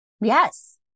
yes